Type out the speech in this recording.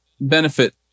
benefit